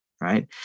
right